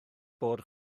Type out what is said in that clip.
bod